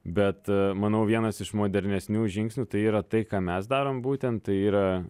bet manau vienas iš modernesnių žingsnių tai yra tai ką mes darom būtent tai yra